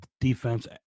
defense